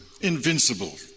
invincible